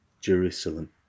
Jerusalem